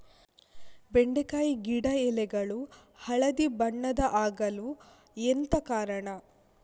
ಬೆಂಡೆಕಾಯಿ ಗಿಡ ಎಲೆಗಳು ಹಳದಿ ಬಣ್ಣದ ಆಗಲು ಎಂತ ಕಾರಣ?